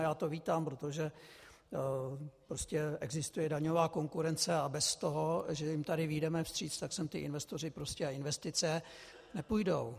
A já to vítám, protože prostě existuje daňová konkurence a bez toho, že jim tady vyjdeme vstříc, sem ty investoři a investice nepůjdou.